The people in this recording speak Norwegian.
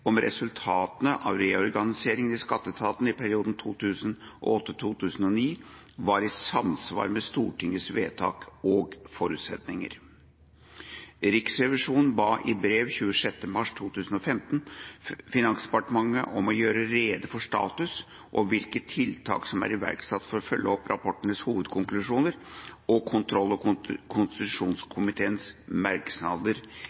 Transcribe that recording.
om resultatene av reorganiseringa i skatteetaten i perioden 2008–2009 var i samsvar med Stortingets vedtak og forutsetninger. Riksrevisjonen ba i brev 26. mars 2015 Finansdepartementet om å gjøre rede for status og hvilke tiltak som er iverksatt for å følge opp rapportens hovedkonklusjoner og kontroll- og